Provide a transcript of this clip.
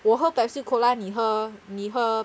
我喝 pepsi cola 你喝你喝